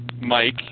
Mike